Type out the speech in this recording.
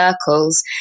circles